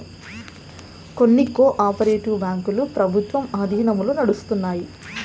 కొన్ని cooperative బ్యాంకులు ప్రభుత్వం ఆధీనంలో నడుత్తాయి